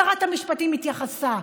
שרת המשפטים התייחסה,